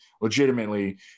legitimately